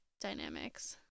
dynamics